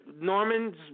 Norman's